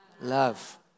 love